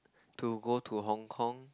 to go to Hong-Kong